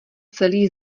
celý